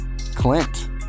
Clint